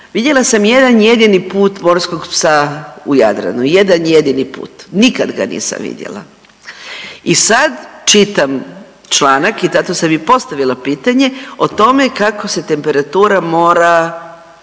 vidjela sam jedan jedini put morskog psa u Jadranu, jedan jedini put, nikad ga nisam vidjela. I sad čitam članak i zato sam i postavila pitanje o tome kako se temperatura mora